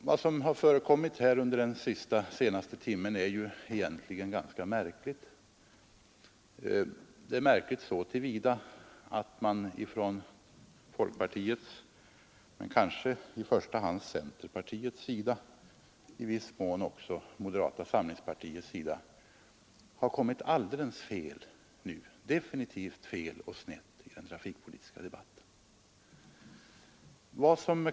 Vad som förekommit under den senaste timmen är egentligen ganska märkligt så till vida att man från folkpartiets och centerpartiets sida har kommit definitivt fel och snett i den trafikpolitiska debatten.